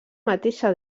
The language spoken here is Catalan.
mateixa